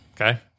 Okay